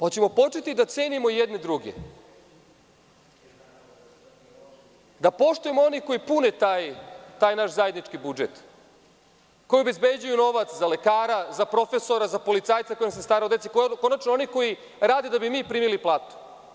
Hoćemo li početi da cenimo jedni druge, da poštujemo one koji pune taj naš zajednički budžet, koji obezbeđuju novac za lekara, za profesora, za policajca koji se stara o deci, konačno, oni koji rade da bi mi primili platu?